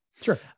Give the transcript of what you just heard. Sure